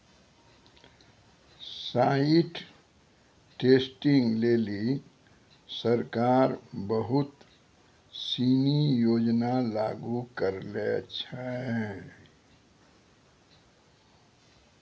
site testing लेलि सरकार बहुत सिनी योजना लागू करलें छै